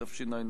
התשע"א 2011,